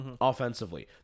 offensively